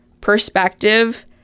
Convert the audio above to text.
perspective